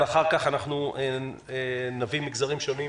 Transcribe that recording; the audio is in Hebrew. ואחר כך אנחנו נביא מגזרים שונים.